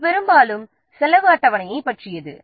இது பெரும்பாலும் செலவு அட்டவணையைப் பற்றியது